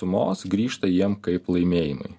sumos grįžta jiem kaip laimėjimai